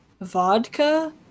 vodka